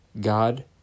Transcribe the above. God